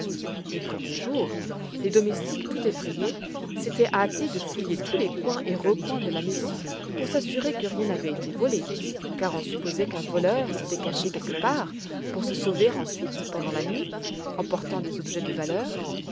les premiers jours les domestiques tout effrayés s'étaient hâtés de fouiller tous les coins et recoins de la maison pour s'assurer que rien n'avait été volé car on supposait qu'un voleur s'était caché quelque part pour se sauver ensuite pendant la nuit emportant des objets de valeur